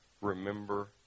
remember